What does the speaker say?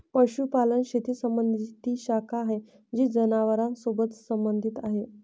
पशुपालन शेती संबंधी ती शाखा आहे जी जनावरांसोबत संबंधित आहे